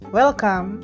welcome